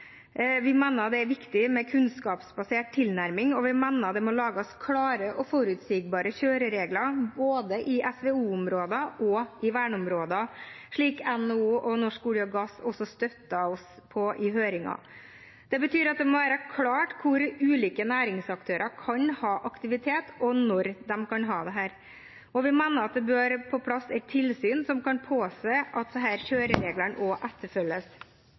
Vi mener at det er viktig med en kunnskapsbasert tilnærming, og vi mener at det må lages klare og forutsigbare kjøreregler, både i SVO-områder og i verneområder, slik NHO og Norsk olje og gass også støtter i høringen. Det betyr at det må være klart hvor ulike næringsaktører kan ha aktivitet, og når de kan ha det. Vi mener at det bør på plass et tilsyn som kan påse at disse kjørereglene også etterfølges.